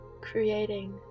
creating